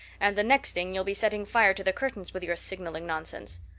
and the next thing you'll be setting fire to the curtains with your signaling nonsense.